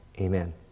amen